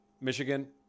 Michigan